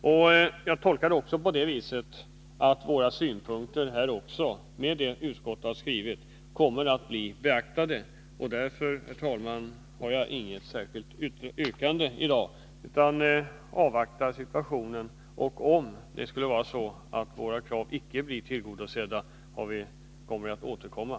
Vi har också tolkat det så, att våra synpunkter genom vad utskottet skrivit kommer att bli beaktade, och därför, herr talman, har jag i dag inget särskilt yrkande. Jag avvaktar utvecklingen, och om våra krav icke kommer att bli tillgodosedda, återkummer vi i frågan.